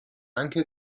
anche